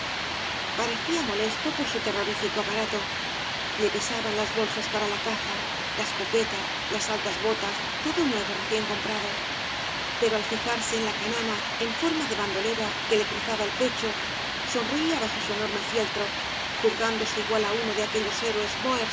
parecía molesto por eu terrorífico aparato le pesaban las bolsas para la caza la escopeta las altas botas todo nuevo recién comprado pero al fijarse en la canana en forma de bandolera que le cruzaba el pecho sonreía bajo su enorme fieltro juzgándose igual á uno de aquellos héroes